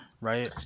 right